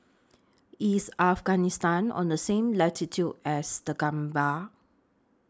IS Afghanistan on The same latitude as The Gambia